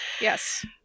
Yes